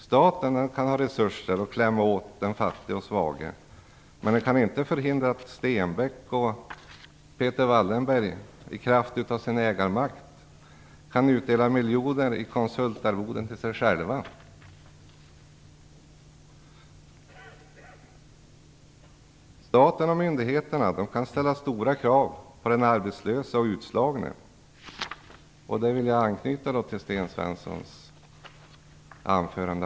Staten kan ha resurser och klämma åt den fattige och svage, men den kan inte förhindra att Stenbeck och Peter Wallenberg i kraft av sin ägarmakt kan utdela miljoner i konsultarvoden till sig själva. Staten och myndigheterna kan ställa stora krav på den arbetslöse och utslagne. Jag vill här anknyta till Sten Svenssons anförande.